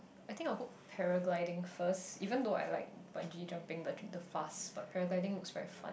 I think I'll put paragliding first even though I like bungee jumping the fast but paragliding looks very fun